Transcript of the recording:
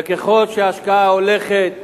וככל שההשקעה הולכת וגדלה,